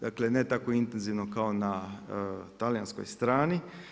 Dakle, ne tako intenzivno kao na talijanskoj strani.